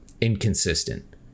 inconsistent